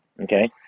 Okay